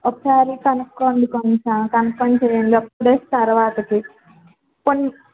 ఒకసారి కనుక్కోండి కొంచం కన్ఫర్మ్ చేయండి టూ డేస్ తర్వాతకి